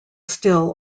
still